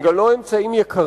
הם גם לא אמצעים יקרים,